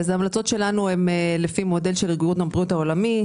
ההמלצות שלנו הן לפי מודל של ארגון הבריאות העולמי.